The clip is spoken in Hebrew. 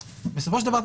בסופו של דבר,